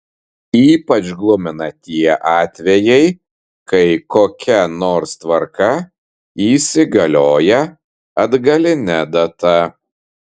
ypač glumina tie atvejai kai kokia nors tvarka įsigalioja atgaline data